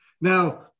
Now